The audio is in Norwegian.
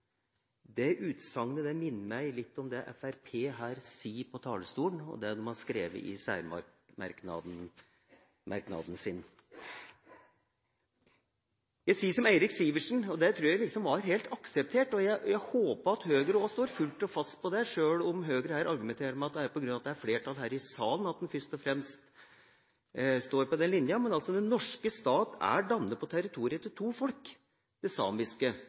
Det utsagnet minner meg litt om det Fremskrittspartiet her sier fra talerstolen, og det de har skrevet i særmerknadene sine. Jeg sier som Eirik Sivertsen, og det trodde jeg var helt akseptert – jeg håper at også Høyre står fullt og fast ved det, sjøl om Høyre her argumenterer med at det er på grunn av at det er flertall her i salen at man først og fremst står på denne linjen – at den norske stat er dannet på territoriet til to folk, det samiske